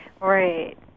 Right